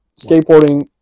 skateboarding